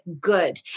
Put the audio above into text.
good